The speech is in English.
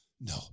No